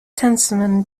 tasman